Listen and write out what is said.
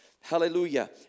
Hallelujah